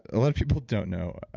a lot of people don't know,